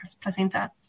placenta